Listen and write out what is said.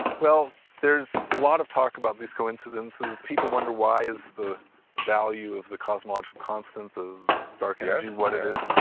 well, there's a lot of talk about these coincidences. people wonder why is the value of the cosmological constant, the dark energy, what it is,